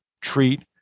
treat